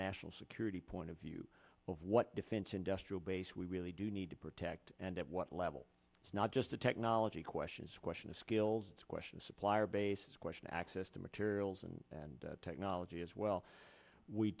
national security point of view of what defense industrial base we really do need to protect and at what level it's not just a technology questions question a skills question supplier base question access to materials and technology as well